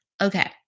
Okay